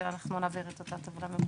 ונעביר את אותה טבלה.